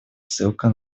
ссылка